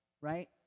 right